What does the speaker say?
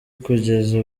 kugeza